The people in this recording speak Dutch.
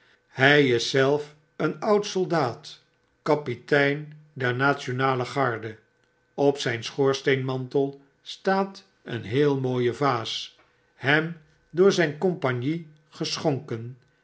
hij is zelf een oud soldaat kapitein der rationale garde op zyn schoorsteenmantel staat een heelmooie vaas hem door zyn compagnie geschonken